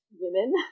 women